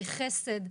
בחסד,